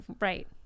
Right